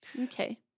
Okay